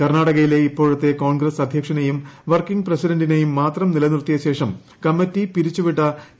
കർണാടകയിലെ ഇപ്പോഴത്തെ കോൺഗ്രസ് അദ്ധ്യക്ഷനേയും വർക്കിംങ് പ്രസിഡന്റിനേയും മാത്രം നിലനിർത്തിയശേഷം കമ്മറ്റി പിരിച്ചു വിട്ട എ